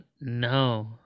no